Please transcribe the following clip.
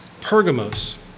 Pergamos